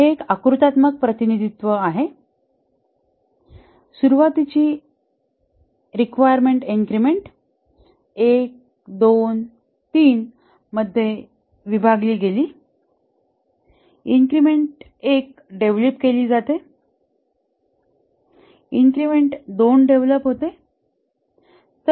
हे एक आकृत्यात्मक प्रतिनिधित्व आहे सुरुवातीची रिक्वायरमेंट इन्क्रिमेंट 1 2 3 मध्ये विभागली गेली इन्क्रिमेंट 1 डेव्हलप केली जाते इन्क्रिमेंट 2 डेव्हलप होते